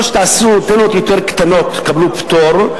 שתעשו אנטנות יותר קטנות תקבלו פטור,